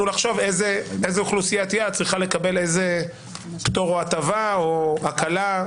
לחשוב איזה אוכלוסיית יעד צריכה לקבל איזה פטור או הטבה או הקלה.